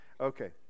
Okay